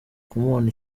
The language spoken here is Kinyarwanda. kumubona